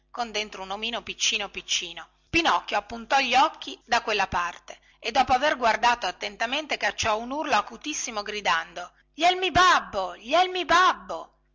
dentro un omino piccino piccino pinocchio appuntò gli occhi da quella parte e dopo aver guardato attentamente cacciò un urlo acutissimo gridando gli è il mi babbo gli è il mi babbo